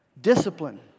Discipline